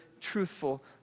truthful